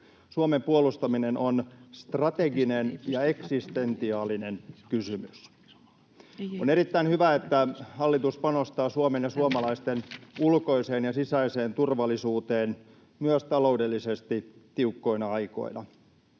Suomen puolustaminen on strateginen ja eksistentiaalinen kysymys. On erittäin hyvä, että hallitus panostaa Suomen ja suomalaisten ulkoiseen ja sisäiseen turvallisuuteen myös taloudellisesti tiukkoina aikoina.